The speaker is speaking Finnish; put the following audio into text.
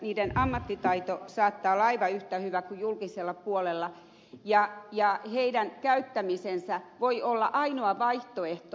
heidän ammattitaitonsa saattaa olla aivan yhtä hyvä kuin julkisella puolella tai olla olematta ja heidän käyttämisensä voi olla ainoa vaihtoehto